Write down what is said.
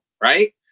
Right